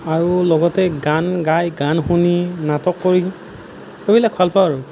আৰু লগতে গান গাই গান শুনি নাটক কৰি সেইবিলাক ভাল পাওঁ আৰু